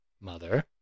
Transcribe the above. Mother